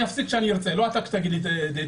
אני אפסיק כשאני אצא אבל לא אתה תגיד לי לשתוק.